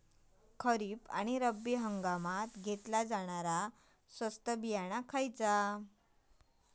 खरीप आणि रब्बी हंगामात घेतला जाणारा स्वस्त बियाणा खयला?